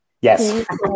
yes